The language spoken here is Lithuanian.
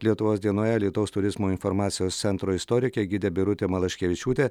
lietuvos dienoje alytaus turizmo informacijos centro istorikė gidė birutė malaškevičiūtė